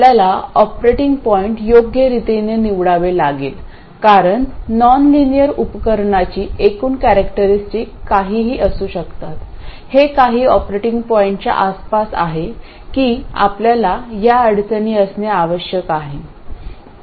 आपल्याला operating point योग्यरितीने निवडावे लागेल कारण नॉनलिनियर उपकरणाची एकूण कॅरेक्टरस्टिक काहीही असू शकतात हे काही ऑपरेटिंग पॉईंटच्या आसपास आहे की आपल्याला या अडचणी असणे आवश्यक आहे